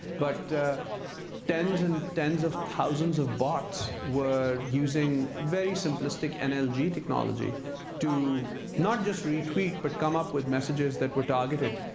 but tens and tens of thousands of bots were using very simplistic nlg technology to not just re-tweet but come up with messages that were targeted.